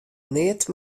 neat